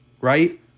right